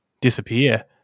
disappear